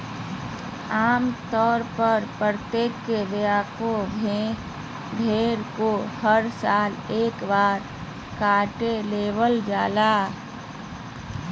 आम तौर पर प्रत्येक वयस्क भेड़ को हर साल एक बार काट लेबल जा हइ